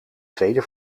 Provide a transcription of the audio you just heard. tweede